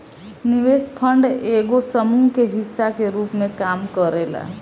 निवेश फंड एगो समूह के हिस्सा के रूप में काम करेला